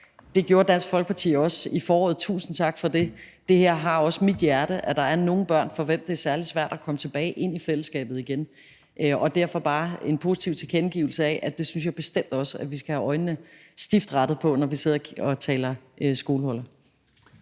Det gjorde Dansk Folkeparti også i foråret, og tusind tak for det. Det her har også mit hjerte: at der er nogle børn, for hvem det er særlig svært at komme tilbage og ind i fællesskabet igen. Så det er derfor bare en positiv tilkendegivelse af, at det synes jeg bestemt også vi skal have øjnene stift rettet på, når vi sidder og taler skolehuller.